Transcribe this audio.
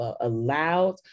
allowed